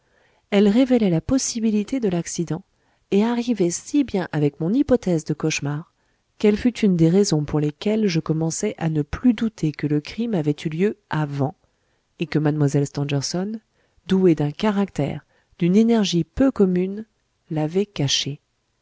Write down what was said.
elle révélait la possibilité de l'accident et arrivait si bien avec mon hypothèse de cauchemar qu'elle fut une des raisons pour lesquelles je commençai à ne plus douter que le crime avait eu lieu avant et que mlle stangerson douée d'un caractère d'une énergie peu commune l'avait caché